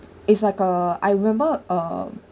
it's like (uh( I remember uh